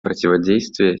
противодействия